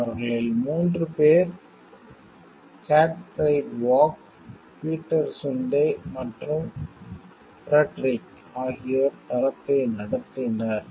அவர்களில் மூன்று பேர் காட்ஃபிரைட் வார்க் பீட்டர் சுண்டே மற்றும் ஃபிரெட்ரிக் ஆகியோர் தளத்தை நடத்தினர்